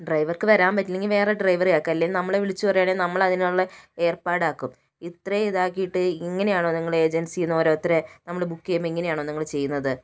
ഡ്രൈവർക്ക് വരാൻ പറ്റില്ലെങ്കിൽ വേറെ ഡ്രൈവറെ അയക്ക് അല്ലെങ്കിൽ നമ്മളെ വിളിച്ച് പറയുകയാണെങ്കിൽ നമ്മൾ അതിനുള്ള ഏർപ്പാട് ആക്കും ഇത്രയും ഇതാക്കിയിട്ട് ഇങ്ങനെയാണോ നിങ്ങൾ ഏജൻസിന്ന് ഓരോരുത്തരെ നമ്മള് ബുക്ക് ചെയ്യുമ്പോൾ ഇങ്ങനെയാണോ നിങ്ങൾ ചെയ്യുന്നത്